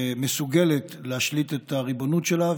שמסוגלת להשליט את הריבונות שלה,